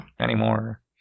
anymore